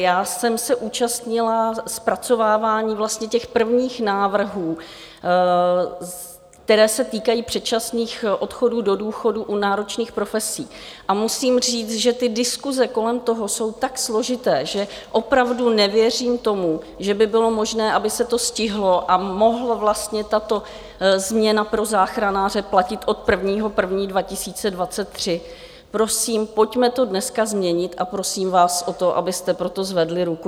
Já jsem se účastnila zpracovávání vlastně těch prvních návrhů, které se týkají předčasných odchodů do důchodu u náročných profesí, a musím říct, že ty diskuse kolem toho jsou tak složité, že opravdu nevěřím tomu, že by bylo možné, aby se to stihlo a mohla vlastně tato změna pro záchranáře platit od 1. 1. 2023, Prosím, pojďme to dneska změnit, a prosím vás o to, abyste pro to zvedli ruku.